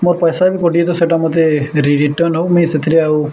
ମୋର ପଇସା ବି କଟିଛି ତ ସେଇଟା ମତେ ରିଟର୍ନ୍ ହଉ ମୁଇଁ ସେଥିରେ ଆଉ